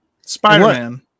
Spider-Man